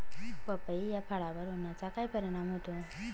पपई या फळावर उन्हाचा काय परिणाम होतो?